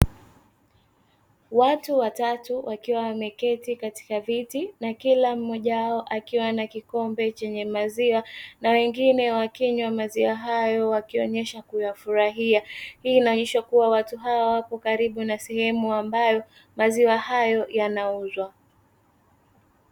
Watu watatu wakiwa wameketi katika viti na kila mmoja wao akiwa ana kikombe cha maziwa na wengine wakinywa maziwa hayo, wakionyesha kuyafurahia, hii inaonyesha kuwa watu hawa wapo karibu na sehemu ambayo maziwa hayo yanauzwa.